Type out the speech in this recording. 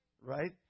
right